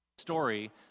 story